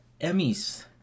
Emmys